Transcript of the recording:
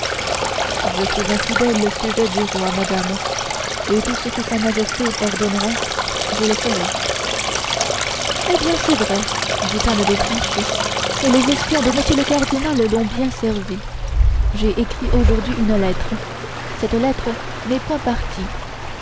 je suis un fidèle sujet du roi madame et tout ce que sa majesté ordonnera je le ferai eh bien c'est vrai dit anne d'autriche et les espions de m le cardinal l'ont bien servi j'ai écrit aujourd'hui une lettre cette lettre n'est point partie